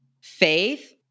faith